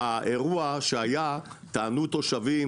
באירוע שהיה טענו תושבים